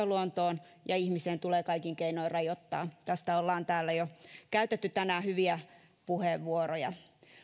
luontoon ja ihmiseen tulee kaikin keinoin rajoittaa tästä ollaan täällä jo käytetty tänään hyviä puheenvuoroja